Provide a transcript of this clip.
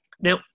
no